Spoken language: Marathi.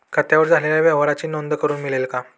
खात्यावर झालेल्या व्यवहाराची नोंद करून मिळेल का?